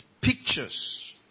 Pictures